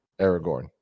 Aragorn